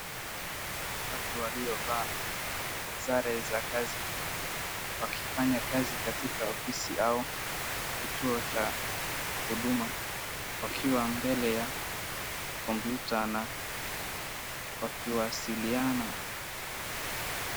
Watu waliovaa sare za kazi wakifanya kazi katika ofisi au kituo cha huduma wakiwa mbele ya kompyuta na wakiwasiliana.